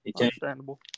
Understandable